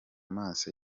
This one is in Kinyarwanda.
maso